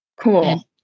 Cool